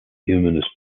humanist